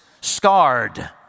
scarred